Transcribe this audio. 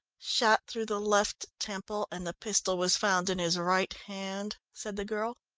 shot through the left temple, and the pistol was found in his right hand, said the girl.